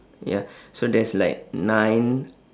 ya so there's like nine